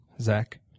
Zach